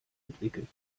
entwickelt